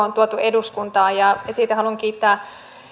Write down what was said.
on tuotu eduskuntaan ja siitä haluan kiittää